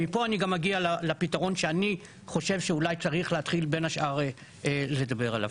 ומפה אני גם אגיע לפתרון שאני חושב שצריך בין השאר לדבר עליו.